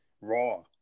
raw